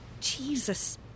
Jesus